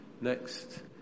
Next